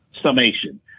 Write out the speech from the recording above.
summation